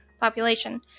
population